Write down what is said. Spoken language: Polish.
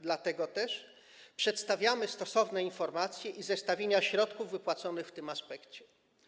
Dlatego też przedstawiamy stosowne informacje i zestawienia środków wypłaconych w tym aspekcie.